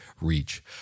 reach